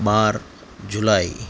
બાર જુલાઈ